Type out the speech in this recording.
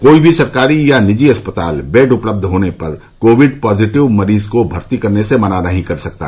कोई भी सरकारी या निजी अस्पताल बेड उपलब्ध होने पर कोविड पॉजिटिव मरीज को भर्ती करने से मना नहीं कर सकता